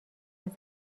واسه